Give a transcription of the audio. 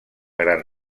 gran